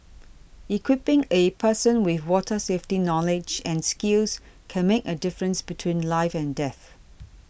equipping a person with water safety knowledge and skills can make a difference between life and death